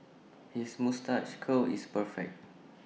his moustache curl is perfect